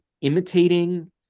imitating